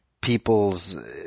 people's